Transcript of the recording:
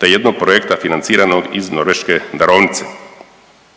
te jednog projekta financiranog iz Norveške darovnice.